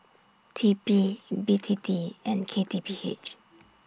T P B T T and K T P H